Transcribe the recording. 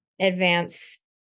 advance